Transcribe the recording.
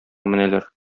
менәләр